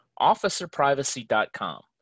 OfficerPrivacy.com